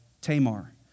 Tamar